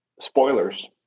spoilers